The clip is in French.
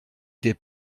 des